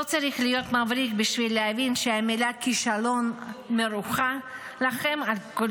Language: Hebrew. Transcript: לא צריך להיות מבריק בשביל להבין שהמילה כישלון מרוחה על כל